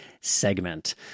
segment